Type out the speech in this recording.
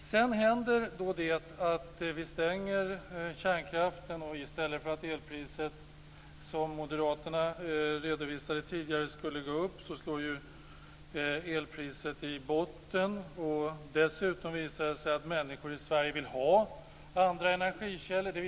Sedan händer då att vi stänger kärnkraft. I stället för att elpriset som moderaterna tidigare har redovisat skulle gå upp har elpriset slagit i botten. Dessutom har det visat sig att människor i Sverige vill ha andra energikällor.